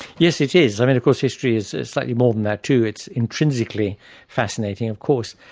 yes it is. i mean of course history is is slightly more than that too, it's intrinsically fascinating of course,